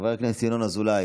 חבר הכנסת ינון אזולאי,